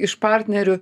iš partnerių